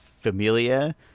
familia